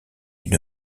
une